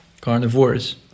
Carnivores